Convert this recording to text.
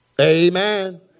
Amen